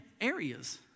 areas